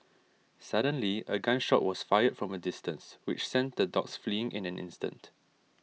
suddenly a gun shot was fired from a distance which sent the dogs fleeing in an instant